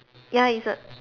ya it's a